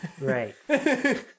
right